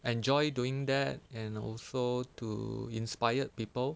enjoy doing that and also to inspired people